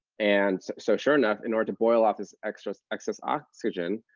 and so sure enough, in order to boil off this excess excess oxygen,